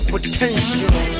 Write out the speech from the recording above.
Potential